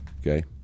okay